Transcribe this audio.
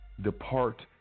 depart